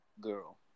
girl